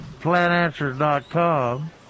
plantanswers.com